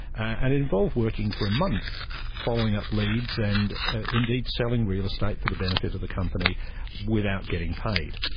and it involved working for a month following up leads and indeed selling real estate for the benefit of the company without getting paid.